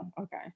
okay